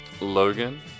logan